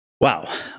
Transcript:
Wow